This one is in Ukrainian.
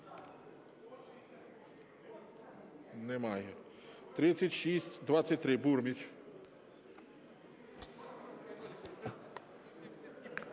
Немає. 3623, Бурміч.